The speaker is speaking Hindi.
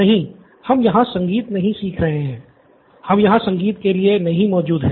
नहीं हम यहाँ संगीत नहीं सीख रहे हैं हम यहाँ संगीत के लिए नहीं मौजूद हैं